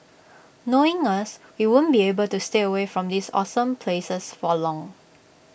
knowing us we won't be able to stay away from these awesome places for long